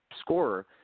scorer